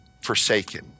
forsaken